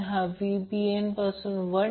तर हे प्रत्यक्षात सोडवण्यासाठी आहे